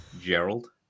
Gerald